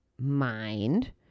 mind